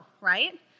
right